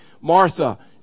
Martha